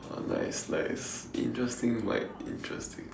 like like interesting like interesting